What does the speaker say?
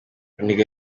runiga